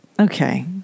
Okay